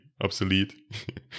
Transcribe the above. obsolete